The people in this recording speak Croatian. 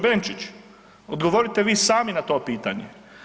Benčić, odgovorite vi sami na to pitanje.